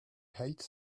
hate